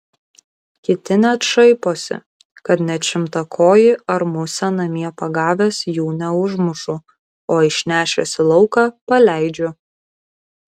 kiti net šaiposi kad net šimtakojį ar musę namie pagavęs jų neužmušu o išnešęs į lauką paleidžiu